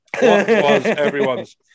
everyone's